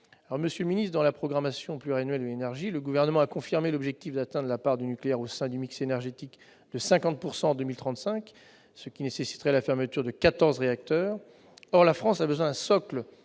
Monsieur le ministre d'État, dans la programmation pluriannuelle de l'énergie, le Gouvernement a confirmé son objectif de réduire à 50 % la part du nucléaire au sein du mix énergétique en 2035, ce qui nécessiterait la fermeture de 14 réacteurs. Or la France aura besoin d'un socle